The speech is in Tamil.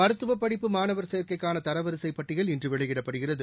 மருத்துவபடிப்பு மாணவர் சேர்க்கைக்கானதரவரிசைபட்டியல் இன்றுவெளியிடப்படுகிறது